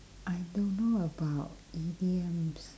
I don't know about idioms